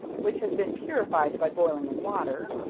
which has been purified by boiling in water,